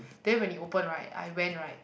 then when it open right I went right